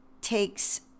takes